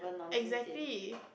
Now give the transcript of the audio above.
exactly